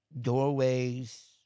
Doorways